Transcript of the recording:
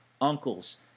uncles